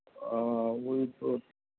हा उहा ई त